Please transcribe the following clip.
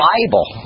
Bible